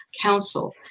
Council